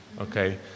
okay